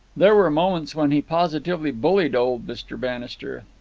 there were moments when he positively bullied old mr. bannister.